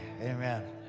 amen